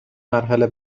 مرحله